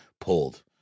pulled